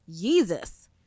jesus